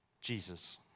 Jesus